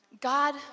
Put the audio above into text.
God